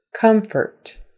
Comfort